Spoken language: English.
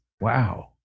Wow